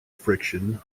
friction